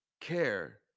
care